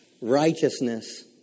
righteousness